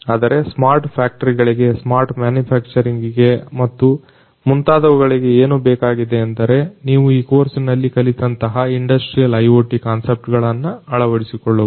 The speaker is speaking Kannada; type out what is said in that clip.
ಆದರೆ ಸ್ಮಾರ್ಟ್ ಫ್ಯಾಕ್ಟರಿಗಳಿಗೆ ಸ್ಮಾರ್ಟ್ ಮ್ಯಾನುಫ್ಯಾಕ್ಚರಿಂಗ್ ಗೆ ಮತ್ತು ಮುಂತಾದವುಗಳಿಗೆ ಏನು ಬೇಕಾಗಿದೆ ಎಂದರೆ ನೀವು ಈ ಕೋರ್ಸಿನಲ್ಲಿ ಕಲಿತಂತಹ ಇಂಡಸ್ಟ್ರಿಯಲ್ IoT ಕಾನ್ಸೆಪ್ಟ್ ಗಳನ್ನ ಅಳವಡಿಸಿಕೊಳ್ಳುವುದು